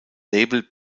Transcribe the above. label